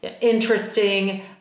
interesting